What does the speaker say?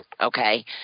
Okay